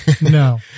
No